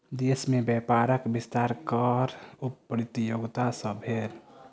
देश में व्यापारक विस्तार कर प्रतियोगिता सॅ भेल